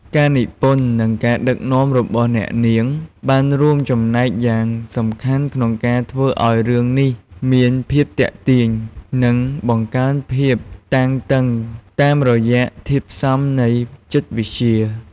ការនិពន្ធ និងការដឹកនាំរបស់អ្នកនាងបានរួមចំណែកយ៉ាងសំខាន់ក្នុងការធ្វើឱ្យរឿងនេះមានភាពទាក់ទាញ និងបង្កើនភាពតានតឹងតាមរយៈធាតុផ្សំនៃចិត្តវិទ្យា។